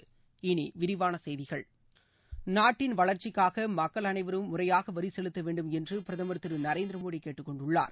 இனி விரிவான செய்திகள் நாட்டின் வளர்ச்சிக்காக மக்கள் அனைவரும் முறையாக வரி செலுத்த வேண்டும் என்று பிரதமா் திரு நரேந்திர மோடி கேட்டுக் கொண்டுள்ளார்